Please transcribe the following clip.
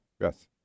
Yes